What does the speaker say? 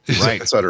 right